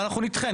אנחנו נדחה.